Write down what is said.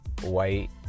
white